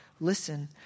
Listen